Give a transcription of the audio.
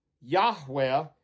Yahweh